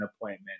appointment